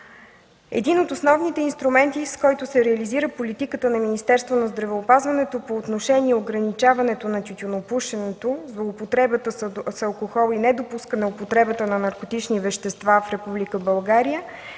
Един от основните инструменти, с който се реализира политиката на Министерството на здравеопазването по отношение ограничаването на тютюнопушенето, злоупотребата с алкохол и недопускане употребата на наркотични вещества в Република